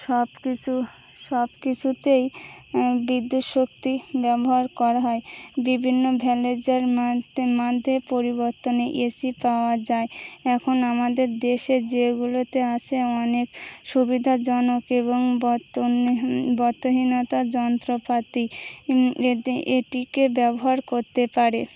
সব কিছু সব কিছুতেই বিদ্যুৎ শক্তি ব্যবহার করা হয় বিভিন্ন ভ্যালেজের মাধ্যে পরিবর্তনে এসি পাওয়া যায় এখন আমাদের দেশে যেগুলোতে আসে অনেক সুবিধাজনক এবং বত বত্তহীনতা যন্ত্রপাতি এ এটিকে ব্যবহার করতে পারে